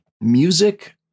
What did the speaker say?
Music